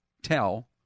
tell